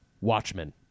Watchmen